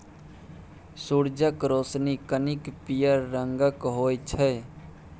सुरजक रोशनी कनिक पीयर रंगक होइ छै